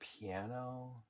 piano